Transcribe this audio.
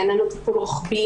אין לנו טיפול רוחבי,